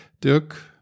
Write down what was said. Dirk